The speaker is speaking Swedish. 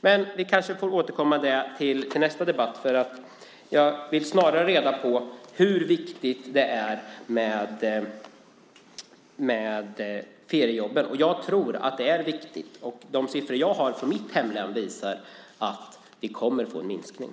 Det kanske vi får återkomma till i nästa debatt. Jag vill ha reda på hur viktigt det är med feriejobben. Jag tror att det är viktigt. De siffror som jag har från mitt hemlän visar att vi kommer att få en minskning.